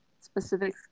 specific